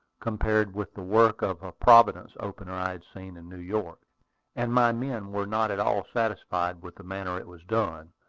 compared with the work of a providence opener i had seen in new york and my men were not at all satisfied with the manner it was done,